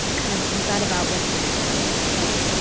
have you thought about what's next for you? like,